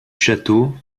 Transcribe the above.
château